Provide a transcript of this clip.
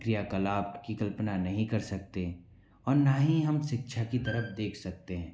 क्रिया कलाप की कल्पना नहीं कर सकते और न ही हम शिक्षा के तरफ देख सकते हैं